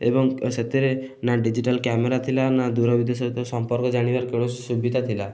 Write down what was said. ଏବଂ ସେଥିରେ ନା ଡିଜିଟାଲ୍ କ୍ୟାମେରା ଥିଲା ନା ଦୂର ସହିତ ସମ୍ପର୍କ ଜାଣିବାର କୌଣସି ସୁବିଧା ଥିଲା